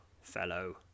fellow